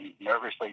nervously